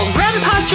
Grandpa